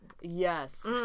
yes